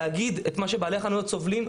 מה שבעלי החנויות סובלים,